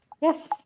Yes